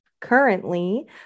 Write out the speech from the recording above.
Currently